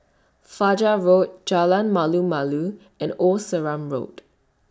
Fajar Road Jalan Malu Malu and Old Sarum Road